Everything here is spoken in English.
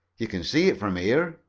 you can see it from here.